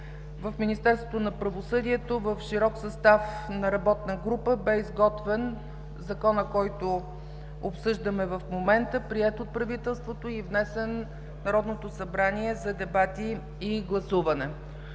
в Министерството на правосъдието в широк състав на работна група бе изготвен Законопроектът, който обсъждаме в момента, приет от правителството и внесен в Народното събрание за дебати и гласуване.